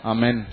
Amen